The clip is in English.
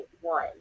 one